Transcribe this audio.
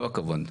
כל הכבוד.